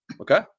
Okay